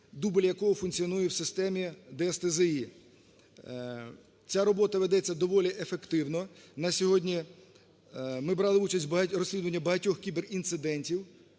дубль якого функціонує в системі ДСТЗІ. Ця робота ведеться доволі ефективно. На сьогодні ми брали участь у розслідуванні багатьох кіберінцидентів.